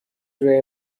روی